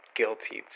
guilty